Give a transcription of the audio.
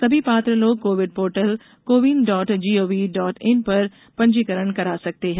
सभी पात्र लोग CoWIN portal CoWIN dot gov dot in पर पंजीकरण करा सकते हैं